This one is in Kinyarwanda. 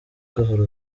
gahoro